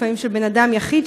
לפעמים של אדם יחיד,